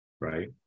Right